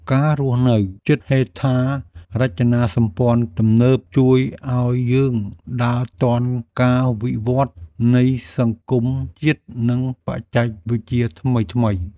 ការរស់នៅជិតហេដ្ឋារចនាសម្ព័ន្ធទំនើប ជួយឱ្យយើងដើរទាន់ការវិវត្តនៃសង្គមជាតិ និងបច្ចេកវិទ្យាថ្មីៗ។